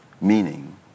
meaning